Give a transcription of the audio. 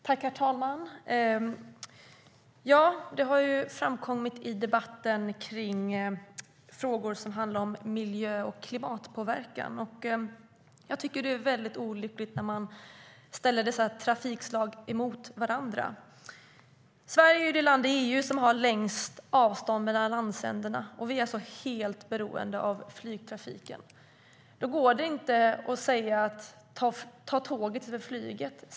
Herr talman! Det har framkommit i debatten om frågor som handlar om miljö och klimatpåverkan, och det är olyckligt när man ställer dessa trafikslag mot varandra. Sverige är det land i EU som har längst avstånd mellan landsändarna. Vi är helt beroende av flygtrafiken. Man kan inte bara säga: Ta tåget i stället för flyget.